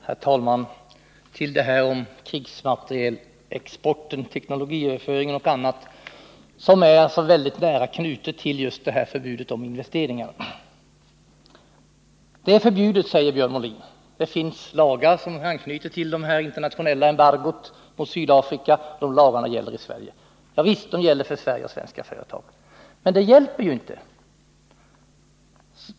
Herr talman! Krigsmaterielexport; teknologiöverföring och annat som är nära anknutet till förbudet om investeringar är förbjudna saker, säger Björn Molin. Det finns svenska lagar som anknyter till det internationella embargot mot Sydafrika. Ja visst, de gäller för svenska företag. Men det hjälper ju inte.